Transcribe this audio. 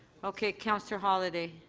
okay. councillor holyday.